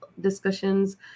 discussions